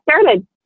started